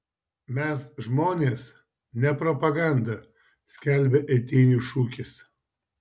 mes žmonės ne propaganda skelbia eitynių šūkis